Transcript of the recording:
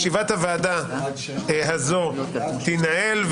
ישיבת הוועדה הזאת תינעל.